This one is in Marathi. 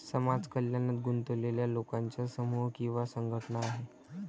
समाज कल्याणात गुंतलेल्या लोकांचा समूह किंवा संघटना आहे